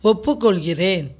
ஒப்புக்கொள்கிறேன்